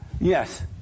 Yes